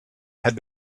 had